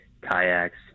kayaks